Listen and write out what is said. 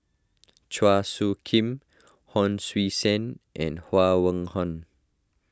Chua Soo Khim Hon Sui Sen and Huang Wenhong